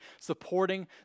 supporting